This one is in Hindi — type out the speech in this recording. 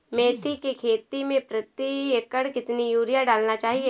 मेथी के खेती में प्रति एकड़ कितनी यूरिया डालना चाहिए?